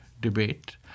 debate